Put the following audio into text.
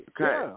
Okay